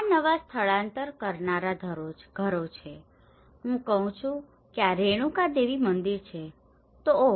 આ નવા સ્થળાંતર કરનારા ઘરો છે હું કહું છું કે આ રેણુકા દેવી મંદિર છે તો ઓહ